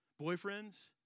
boyfriends